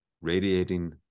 radiating